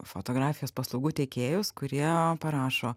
fotografijos paslaugų tiekėjus kurie parašo